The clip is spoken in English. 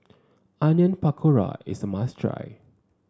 Onion Pakora is a must try